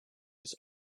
his